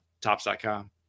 tops.com